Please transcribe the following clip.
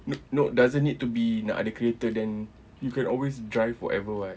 no no doesn't need to be nak kena ada kereta then you can always drive whatever [what]